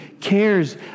cares